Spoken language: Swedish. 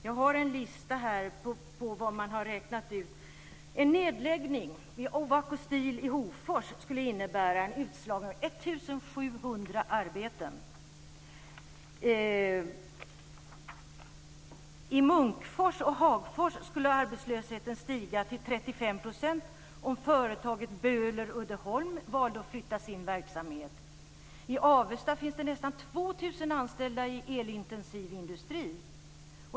Jag har här en lista där man har gjort uträkningar. En nedläggning av Ovako Uddeholm valde att flytta sin verksamhet. I Avesta finns det nästan 2 000 anställda i elintensiv industri.